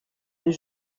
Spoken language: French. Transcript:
les